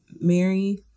Mary